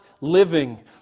living